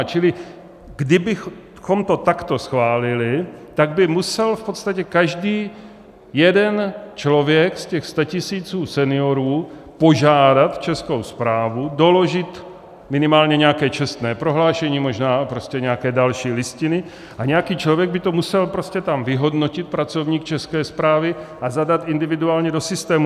Čili kdybychom to takto schválili, tak by musel v podstatě každý jeden člověk z těch statisíců seniorů požádat Českou správu, doložit minimálně nějaké čestné prohlášení, možná prostě nějaké další listiny, a nějaký člověk by to tam musel vyhodnotit, pracovník České správy, a zadat individuálně do systému.